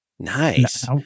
Nice